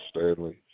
Stanley